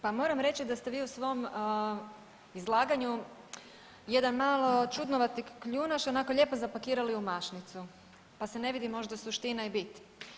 Pa moram reći da ste vi u svom izlaganju jedan malo čudnovati ključaš onako lijepo zapakirali u mašnicu pa se ne vidi možda suština i bit.